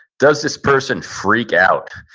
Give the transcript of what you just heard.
does this person freak out?